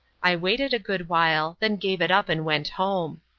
i waited a good while, then gave it up and went home.